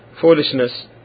foolishness